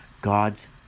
God's